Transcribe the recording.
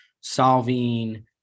solving